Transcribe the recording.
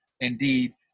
indeed